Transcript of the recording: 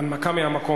הנמקה מהמקום.